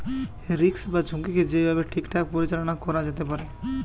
risk বা ঝুঁকিকে যেই ভাবে ঠিকঠাক পরিচালনা করা যেতে পারে